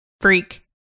freak